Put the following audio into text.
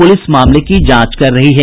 police मामले की जांच कर रही है